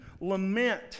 lament